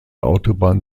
autobahn